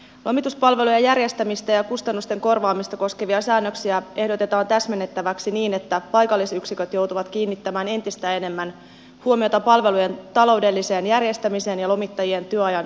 lomituspalvelujen järjestämistä ja kustannusten korvaamista koskevia säännöksiä ehdotetaan täsmennettäväksi niin että paikallisyksiköt joutuvat kiinnittämään entistä enemmän huomiota palvelujen taloudelliseen järjestämiseen ja lomittajien työajan tehokkaaseen käyttöön